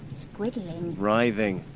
squiggling. writhing.